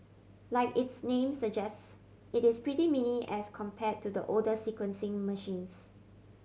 like its name suggests it is pretty mini as compared to the older sequencing machines